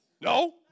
No